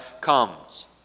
comes